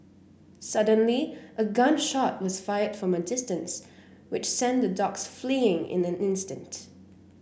suddenly a gun shot was fired from a distance which sent the dogs fleeing in an instant